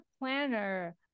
planner